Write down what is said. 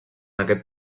aquest